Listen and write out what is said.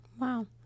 Wow